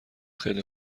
خیلی